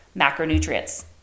macronutrients